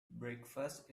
breakfast